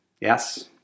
Yes